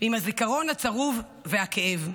ועם הזיכרון הצרוב והכאב.